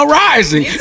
rising